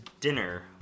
dinner